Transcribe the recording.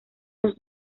los